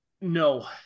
No